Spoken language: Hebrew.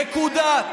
נקודה.